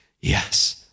Yes